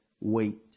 wait